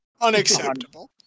Unacceptable